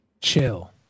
Chill